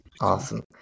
Awesome